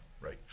right